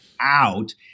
out